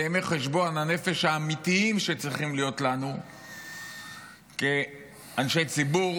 אלה ימי חשבון הנפש האמיתיים שצריכים להיות לנו כאנשי ציבור,